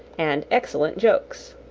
and excellent jokes.